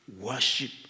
worship